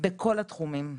בכל התחומים.